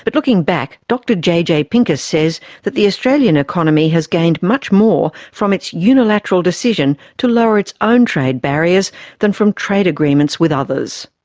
but looking back, dr jj pincus says that the australian economy has gained more from its unilateral decision to lower its own trade barriers than from trade agreements with others.